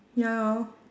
ya lor